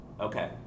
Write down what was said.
Okay